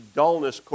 dullness